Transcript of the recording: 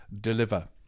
deliver